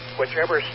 whichever